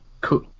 cool